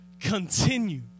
Continue